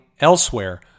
elsewhere